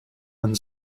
and